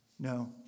No